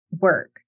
work